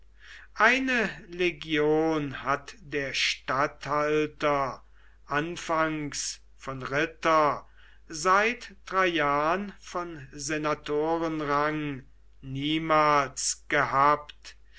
eine legion hat der statthalter anfangs von ritter seit traian von senatorenrang niemals gehabt